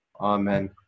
Amen